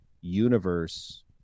universe